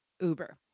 Uber